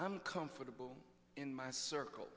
i'm comfortable in my circle